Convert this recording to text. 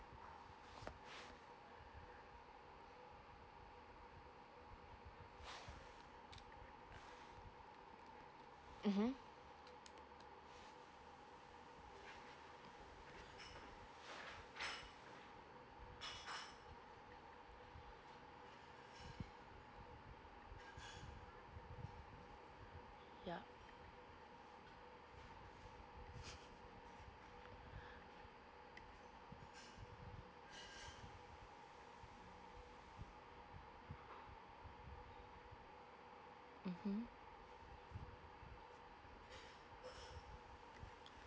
mmhmm yup mmhmm